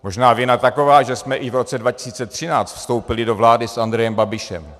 Možná vina taková, že jsme i v roce 2013 vstoupili do vlády s Andrejem Babišem.